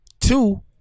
Two